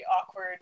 awkward